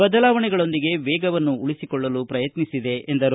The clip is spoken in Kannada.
ಬದಲಾವಣೆಗಳೊಂದಿಗೆ ವೇಗವನ್ನು ಉಳಿಸಿಕೊಳ್ಳಲು ಪ್ರಯತ್ನಿಸಿದೆ ಎಂದರು